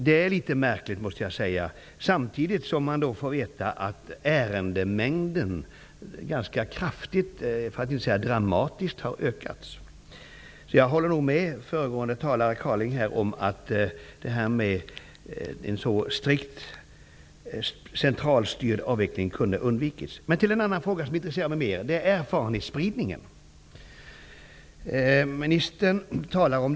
Detta är litet märkligt, måste jag säga, när man samtidigt får veta att ärendemängden ganska kraftigt, för att inte säga dramatiskt, har ökat. Jag håller med föregående talare, Björn Kaaling, om att en strikt centralstyrd avveckling kunde ha undvikits. Nu till en annan fråga som intresserar mig mer: erfarenhetsspridningen, som arbetsmarknadsministern talar om.